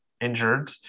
injured